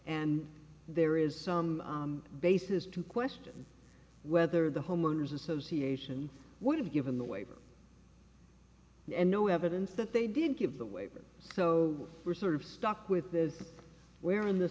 and there is some basis to question whether the homeowners association would have given the waiver and no evidence that they did give the waiver so we're sort of stuck with this where in the